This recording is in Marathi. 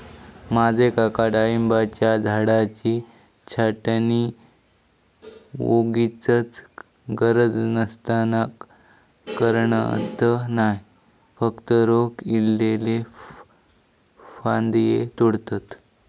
माझे काका डाळिंबाच्या झाडाची छाटणी वोगीचच गरज नसताना करणत नाय, फक्त रोग इल्लले फांदये तोडतत